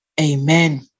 amen